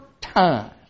time